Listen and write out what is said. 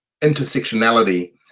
intersectionality